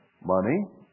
money